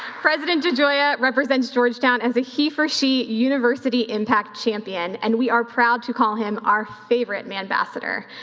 president degioia represents georgetown as a he for she university impact champion and we are proud to call him our favorite ambassador.